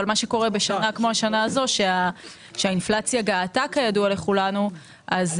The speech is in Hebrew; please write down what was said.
אבל מה שקורה בשנה כמו השנה הזאת זה שהאינפלציה גאתה כידוע לכולנו ואין